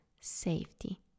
safety